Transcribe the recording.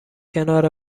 کنار